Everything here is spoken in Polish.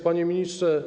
Panie Ministrze!